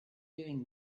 doing